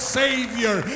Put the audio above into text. savior